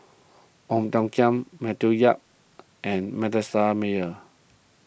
Ong Tiong Khiam Matthew Yap and Manasseh Meyer